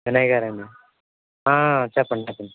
వినయ్ గారా అండి చెప్పండి చెప్పండి